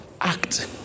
Act